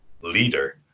leader